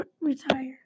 retire